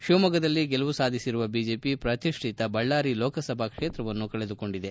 ಶಿವಮೊಗ್ಗದಲ್ಲಿ ಗೆಲುವು ಸಾಧಿಸಿರುವ ಬಿಜೆಪಿ ಪ್ರತಿಷ್ಠಿತ ಬಳ್ಳಾರಿ ಲೋಕಸಭಾ ಕ್ಷೇತ್ರವನ್ನು ಕಳೆದುಕೊಂಡಿದೆ